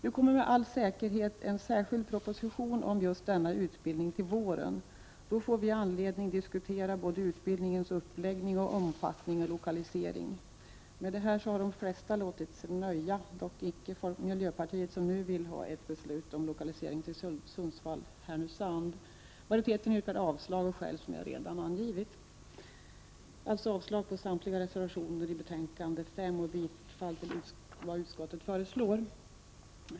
Nu kommer med all säkerhet en särskild proposition om just denna utbildning till våren. Då får vi anledning diskutera både utbildningens uppläggning, omfattning och lokalisering. Med detta har de flesta låtit sig nöja, dock inte miljöpartiet som nu vill ha ett beslut om lokalisering till Sundsvall/Härnösand. Majoriteten yrkar avslag av skäl som jag redan angivit. Alltså yrkar jag avslag på samtliga reservationer i betänkande 5 och bifall till vad utskottet föreslår.